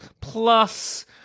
plus